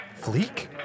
Fleek